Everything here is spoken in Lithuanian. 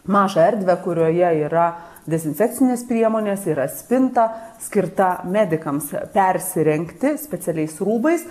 mažą erdvę kurioje yra dezinfekcinės priemonės yra spinta skirta medikams persirengti specialiais rūbais